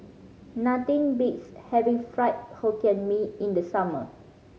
nothing beats having Fried Hokkien Mee in the summer